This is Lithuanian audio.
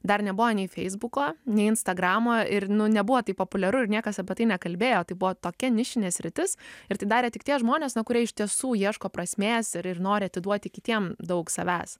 dar nebuvo nei feisbuko nei instagramo ir nu nebuvo taip populiaru ir niekas apie tai nekalbėjo tai buvo tokia nišinė sritis ir tai darė tik tie žmonės nu kurie iš tiesų ieško prasmės ir ir nori atiduoti kitiem daug savęs